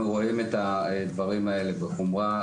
אנחנו רואים את הדברים האלה בחומרה,